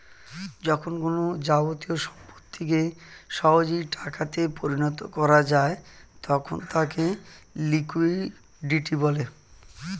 যখন কোনো যাবতীয় সম্পত্তিকে সহজেই টাকা তে পরিণত করা যায় তখন তাকে লিকুইডিটি বলে